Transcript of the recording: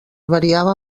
variava